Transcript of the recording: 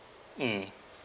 mm